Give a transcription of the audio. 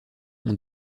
ont